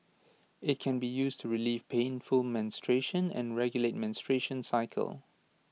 IT can be used to relieve painful menstruation and regulate menstruation cycle